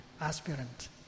aspirant